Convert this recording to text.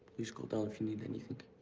please call down if you need anything.